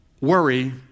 worry